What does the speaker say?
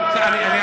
לא, לא, אני אומר,